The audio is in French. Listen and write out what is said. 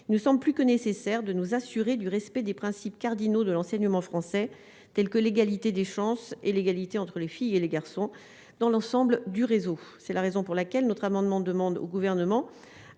nous sommes plus que nécessaire de nous assurer du respect des principes cardinaux de l'enseignement français tels que l'égalité des chances et l'égalité entre les filles et les garçons dans l'ensemble du réseau, c'est la raison pour laquelle notre amendement demande au gouvernement